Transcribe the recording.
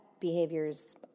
behaviors